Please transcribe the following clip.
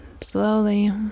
slowly